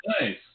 nice